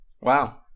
Wow